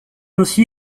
aussi